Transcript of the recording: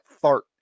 fart